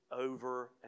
over